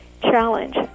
challenge